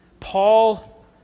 Paul